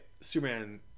Superman